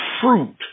fruit